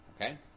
Okay